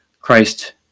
christ